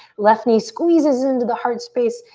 left knee squeezes into the heart space.